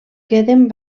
queden